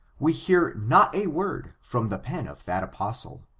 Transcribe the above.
we hear not a word from the pen of that apostle.